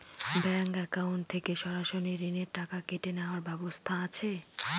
Bank account থেকে সরাসরি ঋণের টাকা কেটে নেওয়ার ব্যবস্থা আছে?